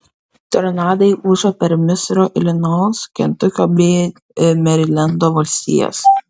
tornadai ūžė per misūrio ilinojaus kentukio bei merilendo valstijas